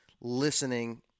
listening